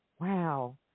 Wow